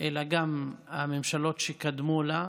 אלא גם הממשלות שקדמו לה,